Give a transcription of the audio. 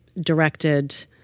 directed